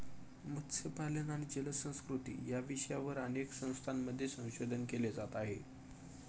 मत्स्यपालन आणि जलसंस्कृती या विषयावर अनेक संस्थांमध्ये संशोधन केले जात आहे